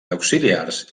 auxiliars